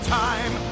time